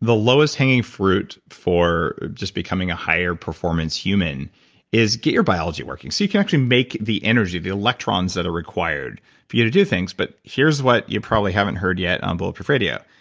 the lowest hanging fruit for just becoming a higher performance human is get your biology working so you can actually make the energy, the electrons that are required for you to do things, but here's what you probably haven't heard yet on bulletproof radio.